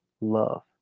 love